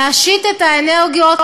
להשית את האנרגיות,